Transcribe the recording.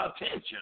attention